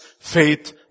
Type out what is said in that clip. faith